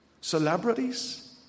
celebrities